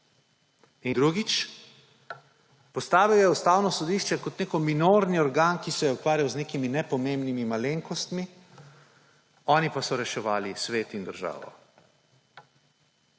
In drugič, postavil je Ustavno sodišče kot nek minorni organ, ki se je ukvarjal z nekimi nepomembnimi malenkostmi, oni pa so reševali svet in državo.